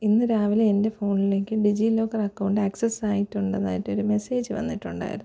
ഇന്നു രാവിലെ എൻ്റെ ഫോണിലേക്ക് ഡിജി ലോക്കർ അക്കൗണ്ട് ഏക്സസായിട്ടുള്ളതായിട്ടൊരു മെസ്സേജ് വന്നിട്ടുണ്ടായിരുന്നു